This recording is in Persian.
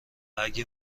اگه